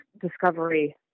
discovery